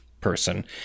person